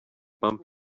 bump